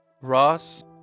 Ross